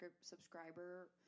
subscriber